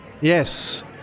Yes